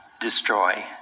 destroy